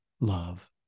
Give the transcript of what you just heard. love